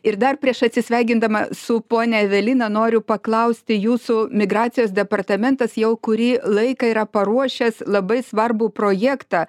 ir dar prieš atsisveikindama su ponia evelina noriu paklausti jūsų migracijos departamentas jau kurį laiką yra paruošęs labai svarbų projektą